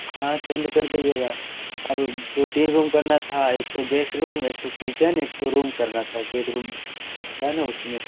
हाँ सेंड कर दीजिएगा और दो तीन रूम करना था एक तो गेस्ट रूम एक तो किचन एक तो रूम करना था बेड रूम होता है ना उसमें